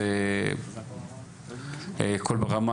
קול ברמה